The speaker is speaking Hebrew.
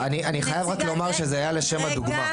היה לשם הדוגמה.